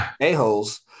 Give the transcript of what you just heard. a-holes